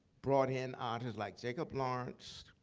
brought in artists like jacob lawrence,